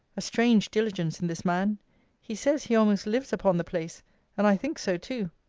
a strange diligence in this man he says, he almost lives upon the place and i think so too.